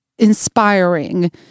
inspiring